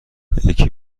یکی